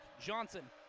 Johnson